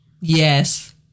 Yes